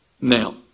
now